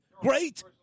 Great